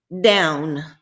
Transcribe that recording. down